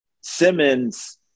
Simmons